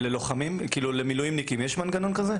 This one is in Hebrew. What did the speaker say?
ללוחמים, כלומר, למילואימניקים יש מנגנון כזה?